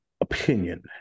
opinion